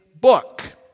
book